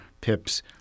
Pip's